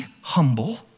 humble